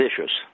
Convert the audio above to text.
vicious